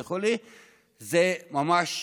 זה ממש,